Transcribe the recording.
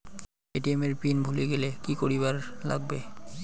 ATM এর pin ভুলি গেলে কি করিবার লাগবে?